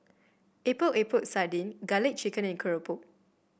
Epok Epok Sardin garlic chicken and keropok